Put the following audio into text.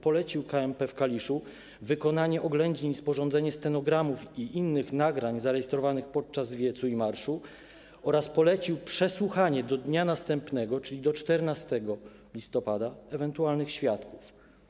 Polecił KMP w Kaliszu wykonanie oględzin i sporządzenie stenogramów i innych nagrań zarejestrowanych podczas wiecu i marszu oraz polecił przesłuchanie do dnia następnego, czyli do 14 listopada, ewentualnych świadków.